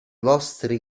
vostri